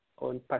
on